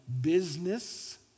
business